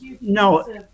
no